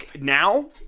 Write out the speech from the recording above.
Now